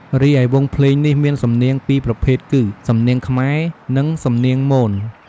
រីឯវង់ភ្លេងនេះមានសំនៀងពីរប្រភេទគឺ សំនៀងខ្មែរ និងសំនៀងមន។